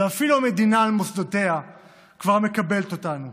ואפילו המדינה על מוסדותיה כבר מקבלת אותנו,